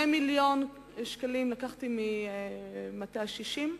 2 מיליוני שקלים לקחתי ממטה ה-60,